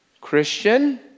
Christian